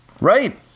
Right